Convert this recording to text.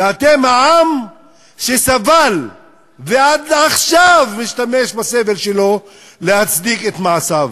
ואתם העם שסבל ועד עכשיו משתמש בסבל שלו להצדיק את מעשיו.